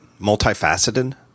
multifaceted